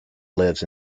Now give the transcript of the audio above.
lives